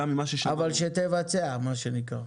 אבל שתבצע מה שנקרא.